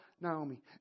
Naomi